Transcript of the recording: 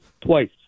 twice